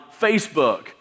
Facebook